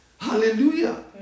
hallelujah